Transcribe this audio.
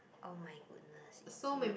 oh my goodness it's you